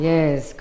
Yes